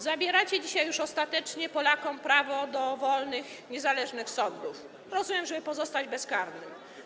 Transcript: Zabieracie dzisiaj już ostatecznie Polakom prawo do wolnych, niezależnych sądów - rozumiem, żeby pozostać bezkarnymi.